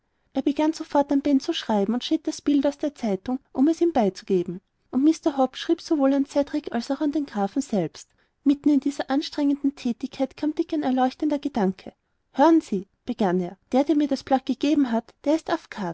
er begann sofort an ben zu schreiben und schnitt das bild aus der zeitung um es ihm beizulegen und mr hobbs schrieb sowohl an cedrik als an den grafen selbst mitten in dieser angestrengten thätigkeit kam dick ein erleuchtender gedanke hören sie begann er der der mir das blatt gegeben hat der ist